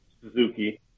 Suzuki